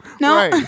No